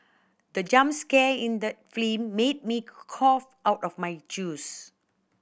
the jump scare in the film made me cough out of my juice